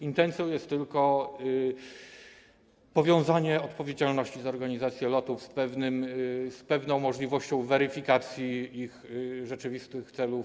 Intencją jest tylko powiązanie odpowiedzialności za organizację lotów z pewną możliwością weryfikacji ich rzeczywistych celów.